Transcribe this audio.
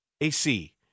AC